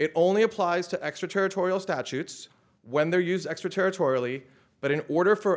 it only applies to extra territorial statutes when they're use extra territorially but in order for a